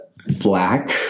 Black